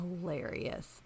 hilarious